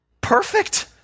Perfect